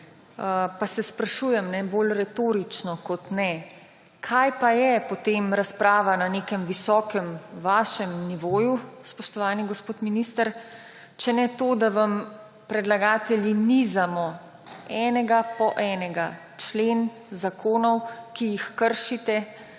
Pa se sprašujem bolj retorično kot ne, kaj pa je potem razprava na nekem visokem, vašem nivoju, spoštovani gospod minister, če ne to, da vam predlagatelji nizamo enega po enega člene zakonov, ki jih kršite,